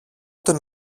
τον